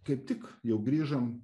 kaip tik jau grįžom